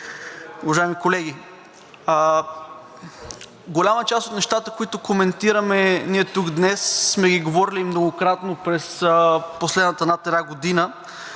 Голяма част от нещата, които коментираме тук днес, сме ги говорили многократно през последната над една година,